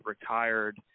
retired